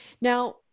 Now